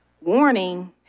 warning